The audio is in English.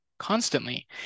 constantly